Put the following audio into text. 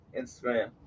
Instagram